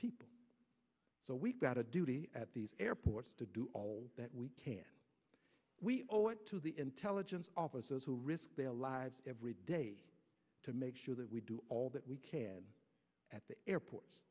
people so we've got a duty at these airports to do all that we can we owe it to the intelligence officers who risk their lives every day to make sure that we do all that we can at the airports